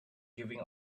giving